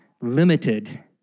limited